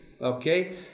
okay